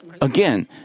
again